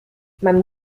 man